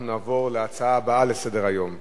אנחנו נעבור להצעה הבאה לסדר-היום,